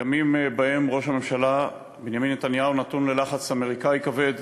ימים שבהם ראש הממשלה בנימין נתניהו נתון ללחץ אמריקני כבד,